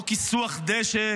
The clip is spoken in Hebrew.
לא כיסוח דשא,